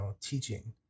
teaching